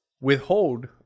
withhold